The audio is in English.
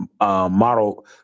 model